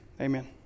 amen